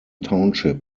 township